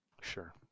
Sure